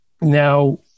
Now